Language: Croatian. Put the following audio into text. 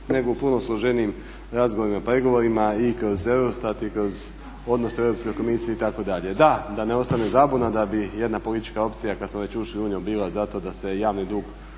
nego u puno složenijim razgovorima, pregovorima kroz EUROSTAT i kroz odnos Europske komisije itd. Da, da ne ostane zabuna da bi jedna politička opcija kad smo već ušli u … bila za to da se javni dug